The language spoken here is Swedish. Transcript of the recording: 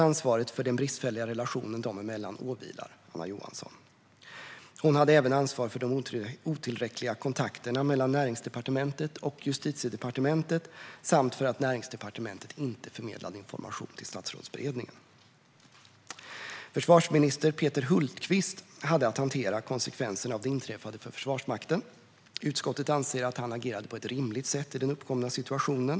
Ansvaret för den bristfälliga relationen dem emellan åvilar Anna Johansson. Som statsråd hade Anna Johansson även ansvar för de otillräckliga kontakterna mellan Näringsdepartementet och Justitiedepartementet samt för att Näringsdepartementet inte förmedlade information till Statsrådsberedningen. Försvarsminister Peter Hultqvist hade att hantera konsekvenserna av det inträffade för Försvarsmakten. Utskottet anser att han agerade på ett rimligt sätt i den uppkomna situationen.